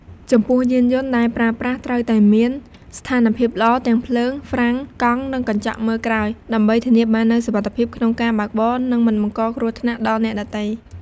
ចំពោះ យានយន្តដែលប្រើប្រាស់ត្រូវតែមាន ស្ថានភាពល្អ ទាំងភ្លើង ហ្វ្រាំង កង់ និងកញ្ចក់មើលក្រោយ ដើម្បីធានាបាននូវសុវត្ថិភាពក្នុងការបើកបរ និងមិនបង្កគ្រោះថ្នាក់ដល់អ្នកដទៃ។